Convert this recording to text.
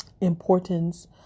importance